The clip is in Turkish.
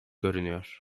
görünüyor